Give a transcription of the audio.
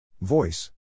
Voice